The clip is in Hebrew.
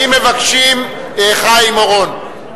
חבר הכנסת חיים אורון,